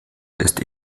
ist